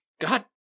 God